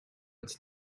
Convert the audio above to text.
its